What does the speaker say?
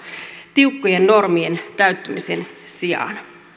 tiukkojen normien täyttymisen sijaan